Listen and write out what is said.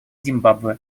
зимбабве